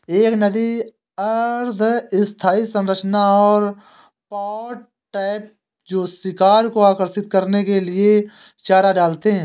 एक नदी अर्ध स्थायी संरचना और पॉट ट्रैप जो शिकार को आकर्षित करने के लिए चारा डालते हैं